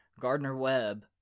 Gardner-Webb